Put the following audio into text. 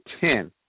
ten